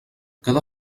cada